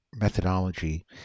methodology